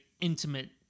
intimate